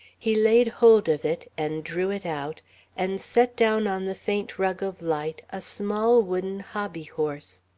he laid hold of it and drew it out and set down on the faint rug of light a small wooden hobbyhorse.